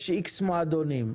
יש איקס מועדונים.